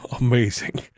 amazing